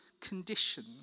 condition